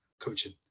coaching